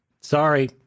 sorry